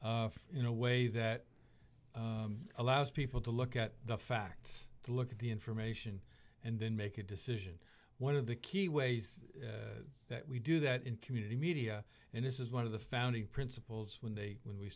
people in a way that allows people to look at the facts look at the information and then make a decision one of the key ways that we do that in community media and this is one of the founding principles when they when we